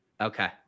Okay